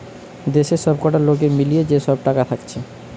দেশের সবকটা লোকের মিলিয়ে যে সব টাকা থাকছে